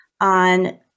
on